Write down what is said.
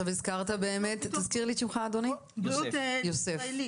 יוסף,